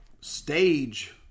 stage